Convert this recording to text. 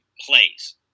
plays